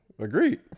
Agreed